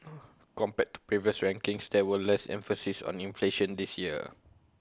compared to previous rankings there was less emphasis on inflation this year